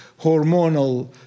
hormonal